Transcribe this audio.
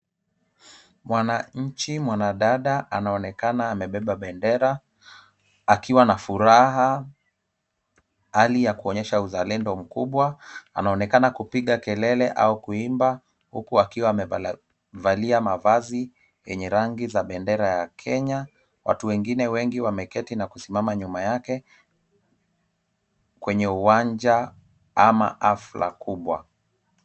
Mwananchi mwanadada anaonekana amebeba bendera akiwa na furaha hali ya kuonyesha uzalendo mkubwa. Anaonekana kupiga kelele au kuimba huku akiwa amevalia mavazi yenye rangi za bendera ya Kenya, watu wengine wengi wameketi na kusimama nyuma yake kwenye uwanja ama hafla kubwa.